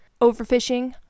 overfishing